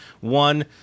one